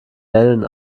wellen